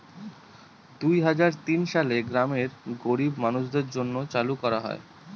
দুই হাজার তিন সালে গ্রামের গরীব মানুষদের জন্য চালু করা হয়